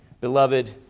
beloved